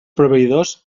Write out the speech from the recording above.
proveïdors